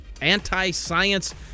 anti-science